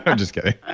um just kidding.